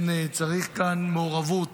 צריך כאן מעורבות